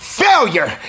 failure